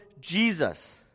Jesus